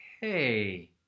hey